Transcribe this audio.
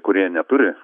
kurie neturi